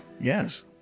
yes